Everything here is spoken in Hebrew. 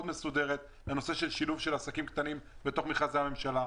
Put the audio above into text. מסודרת לשילוב עסקים קטנים בתוך מכרזי ממשלה.